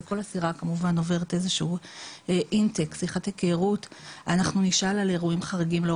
וכל אסירה עוברת איזושהי שיחת היכרות בה אנחנו